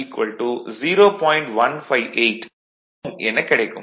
158 Ω எனக் கிடைக்கும்